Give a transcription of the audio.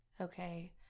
Okay